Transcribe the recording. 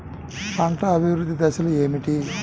పంట అభివృద్ధి దశలు ఏమిటి?